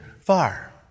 far